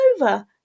over